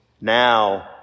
Now